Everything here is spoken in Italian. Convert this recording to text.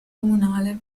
comunale